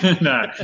No